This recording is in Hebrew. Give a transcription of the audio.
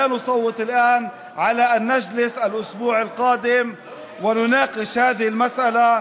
וסיכמנו שלא נצביע עכשיו ושניפגש בשבוע הבא לדון בסוגיה הזאת.